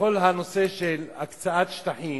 לכל הנושא של הקצאת שטחים.